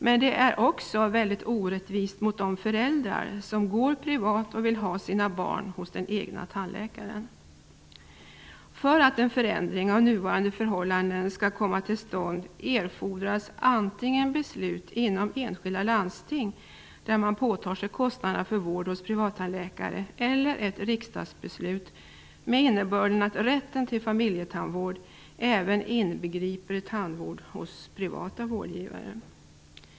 Men det är också väldigt orättvist mot de föräldrar som går hos en privat tandläkare och vill ha sina barn hos den egna tandläkaren. För att en förändring av nuvarande förhållanden skall komma till stånd erfordras antingen beslut inom enskilda landsting där man påtar sig kostnaderna för vård hos privattandläkare eller ett riksdagsbeslut med innebörden att rätten till familjetandvård även inbegriper tandvård hos privata vårdgivare.